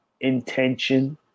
intention